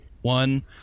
One